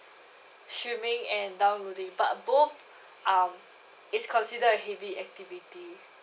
streaming and downloading but both um is considered as heavy activity